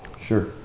Sure